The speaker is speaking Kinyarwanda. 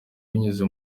binyuze